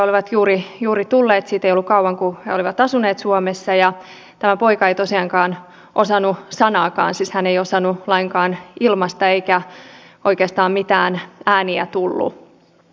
he olivat juuri tulleet he eivät olleet kauan asuneet suomessa ja tämä poika ei sillä hetkellä tosiaankaan osannut puhua sanaakaan siis hän ei osannut lainkaan ilmaista eikä oikeastaan mitään ääniä tullut